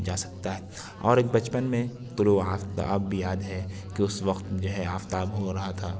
جا سکتا ہے اور ایک بچپن میں طلوع آفتاب بھی یاد ہے کہ اس وقت جو ہے آفتاب ہو رہا تھا